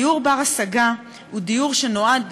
דיור בר-השגה הוא דיור שנועד,